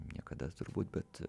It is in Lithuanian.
niekada turbūt bet